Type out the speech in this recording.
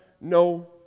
no